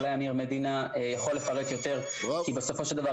אולי אמיר מדינה יכול לפרט יותר כי בסופו של דבר,